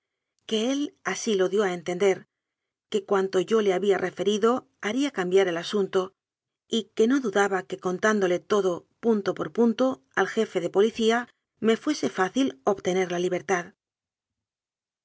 que él así lo dió a entender que cuanto yo le había referido haría cambiar el asun to y que no dudaba de que contándole todo punto por punto al jefe de policía me fuese fácil obte ner la libertad